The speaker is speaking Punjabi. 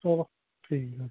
ਚਲੋ ਠੀਕ ਆ